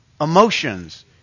emotions